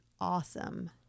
awesome